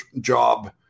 job